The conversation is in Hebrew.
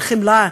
של חמלה,